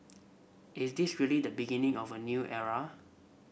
is this really the beginning of a new era